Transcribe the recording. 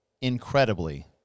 incredibly